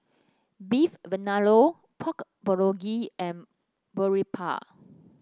Beef Vindaloo Pork Bulgogi and Boribap